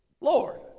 Lord